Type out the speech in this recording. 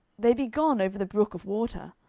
they be gone over the brook of water.